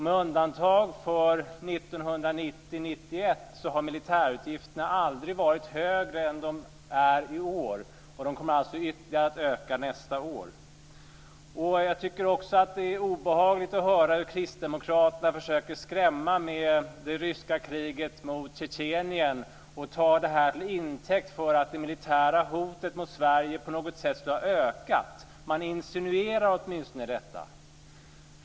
Med undantag för 1990/91 har militärutgifterna aldrig varit högre än de är i år. Och de kommer alltså att öka ytterligare nästa år. Jag tycker också att det är obehagligt att höra hur Kristdemokraterna försöker skrämma med det ryska kriget mot Tjetjenien och tar det till intäkt för att det militära hotet mot Sverige på något sätt skulle ha ökat. Man insinuerar åtminstone det.